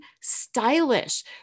stylish